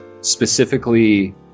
specifically